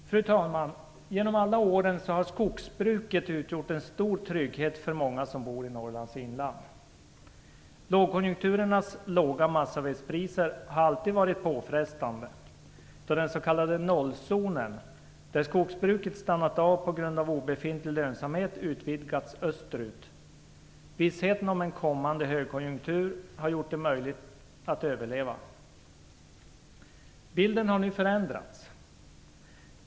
Fru talman! Genom alla år har skogsbruket utgjort en stor trygghet för många som bor i Norrlands inland. Lågkonjunkturernas låga massavedspriser har alltid varit påfrestande då den s.k. nollzonen, där skogsbruket stannat av på grund av obefintlig lönsamhet, utvidgats österut. Vissheten om en kommande högkonjunktur har gjort det möjligt att överleva. Bilden har nu förändrats.